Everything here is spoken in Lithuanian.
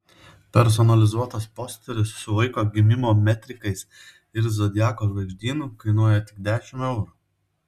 personalizuotas posteris su vaiko gimimo metrikais ir zodiako žvaigždynu kainuoja tik dešimt eurų